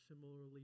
similarly